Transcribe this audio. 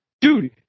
Dude